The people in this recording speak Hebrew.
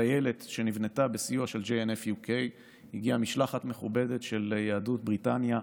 טיילת שנבנתה בסיוע של JNF UK. הגיעה משלחת מכובדת של יהדות בריטניה,